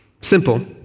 Simple